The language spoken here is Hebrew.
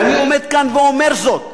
ואני עומד כאן ואומר זאת,